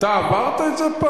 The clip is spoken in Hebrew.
אתה עושה לו נזק, אתה מעליב אותו.